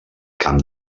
camp